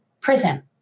Prison